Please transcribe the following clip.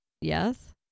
Yes